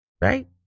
right